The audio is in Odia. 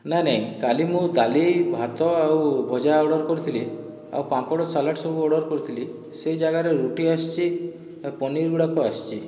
ନାଇଁ ନାଇଁ କାଲି ମୁଁ ଡାଲି ଭାତ ଆଉ ଭଜା ଅର୍ଡ଼ର କରିଥିଲି ଆଉ ପାମ୍ପଡ଼ ସାଲାଡ଼ ସବୁ ଅର୍ଡ଼ର କରିଥିଲି ସେଇ ଜାଗାରେ ରୁଟି ଆସିଛି ଏ ପନିର ଗୁଡ଼ାକ ଆସିଛି